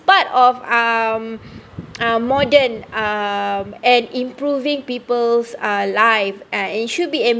part of um modern um and improving peoples uh live and should be em~